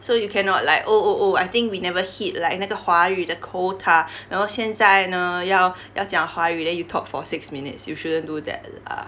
so you cannot like oh oh oh I think we never hit like 那个华语的 quota 然后现在呢要要讲华语 then you talk for six minutes you shouldn't do that lah